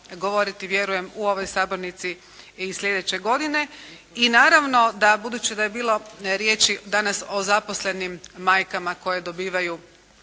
govoriti vjerujem u ovoj sabornici i sljedeće godine. I naravno da budući da je bilo riječi danas o zaposlenim majkama koje dobivaju